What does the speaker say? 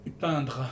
Peindre